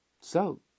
So